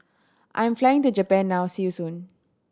I'm flying to Japan now see you soon